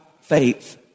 faith